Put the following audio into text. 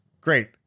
great